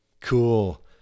Cool